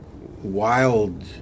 wild